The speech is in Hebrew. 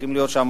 צריכות להיות שם